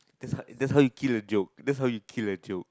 that's how that's how you kill a joke that's how you kill a joke